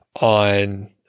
on